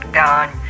gone